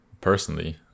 personally